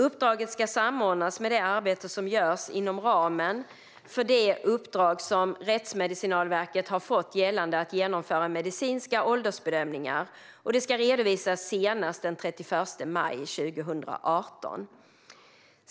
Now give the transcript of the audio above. Uppdraget ska samordnas med det arbete som görs inom ramen för det uppdrag som Rättsmedicinalverket har fått gällande att genomföra medicinska åldersbedömningar och ska redovisas senast den 31 maj 2018.